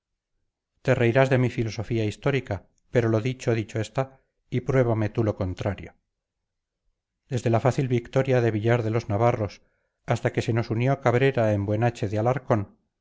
te reirás de mi filosofía histórica pero lo dicho dicho está y pruébame tú lo contrario desde la fácil victoria de villar de los navarros hasta que se nos unió cabrera en buenache de alarcón